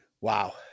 Wow